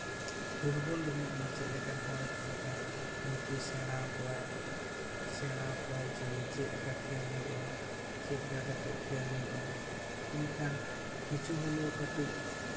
football ᱨᱤᱱᱤᱡ ᱢᱟᱪᱮᱫ ᱞᱮᱠᱟᱱ ᱦᱚᱲᱮ ᱛᱟᱦᱮᱱ ᱠᱷᱟᱱ ᱩᱱᱠᱩ ᱥᱮᱬᱟᱣ ᱠᱚᱣᱟᱭ ᱥᱮᱬᱟ ᱠᱚᱣᱟᱭ ᱡᱮ ᱪᱮᱫ ᱞᱮᱠᱟ ᱠᱷᱮᱞ ᱪᱮᱫ ᱞᱮᱠᱟ ᱠᱟᱛᱮᱜ ᱠᱷᱮᱞ ᱦᱩᱭᱩᱜᱼᱟ ᱤᱱᱟᱹᱠᱷᱟᱱ ᱠᱤᱪᱷᱩ ᱦᱚᱞᱮᱣ ᱠᱟᱹᱴᱤᱪ